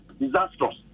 disastrous